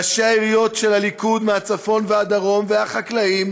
ראשי העיריות של הליכוד מהצפון והדרום והחקלאים,